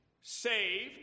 saved